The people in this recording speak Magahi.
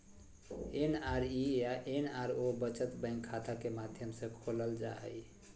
एन.आर.ई या एन.आर.ओ बचत बैंक खाता के माध्यम से खोलल जा हइ